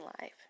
life